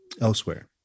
elsewhere